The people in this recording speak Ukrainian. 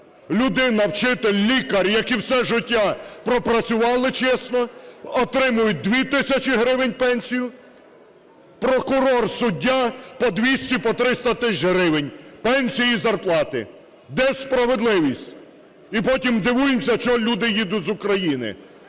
Людина: вчитель, лікар, які все життя пропрацювали чесно, отримують 2 тисячі гривень пенсію. Прокурор, суддя - по 200, по 300 тисяч гривень пенсії і зарплати. Де справедливість? І потім дивуємося, чому люди їдуть з України.